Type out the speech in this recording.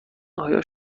آیا